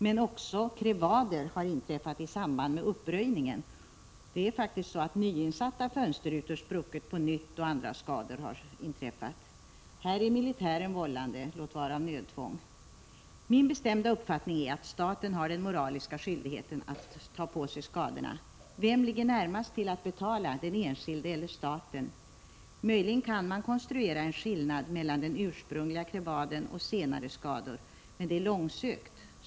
Men krevader har också inträffat i samband med uppröjningen. Nyinsatta fönsterrutor har faktiskt spruckit på nytt, och andra skador har inträffat. Här är militären vållande, låt vara av nödtvång. Min bestämda uppfattning är att staten har den moraliska skyldigheten att ta på sig skadorna. Vem ligger närmast till att betala, den enskilde eller staten? Möjligen kan man konstruera en skillnad mellan den ursprungliga krevaden och senare skador, men detta är långsökt.